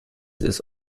ist